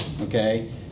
okay